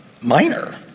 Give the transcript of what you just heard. minor